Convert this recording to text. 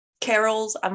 Carols